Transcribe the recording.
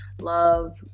love